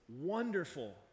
Wonderful